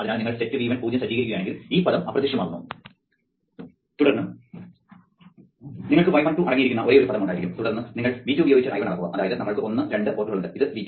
അതിനാൽ നിങ്ങൾ set V1 പൂജ്യം സജ്ജീകരിക്കുകയാണെങ്കിൽ ഈ പദം അപ്രത്യക്ഷമാകുന്നു നിങ്ങൾക്ക് y12 അടങ്ങിയിരിക്കുന്ന ഒരേയൊരു പദം ഉണ്ടായിരിക്കും തുടർന്ന് നിങ്ങൾ V2 പ്രയോഗിച്ച് I1 അളക്കുക അതായത് നമ്മൾക്ക് ഒന്ന് രണ്ട് പോർട്ടുകൾ ഉണ്ട് ഇത് V2